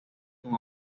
con